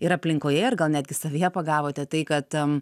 ir aplinkoje ir gal netgi savyje pagavote tai kad